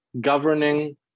governing